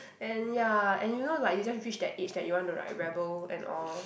and ya and you know like you just reach that age that you want to right rebel and all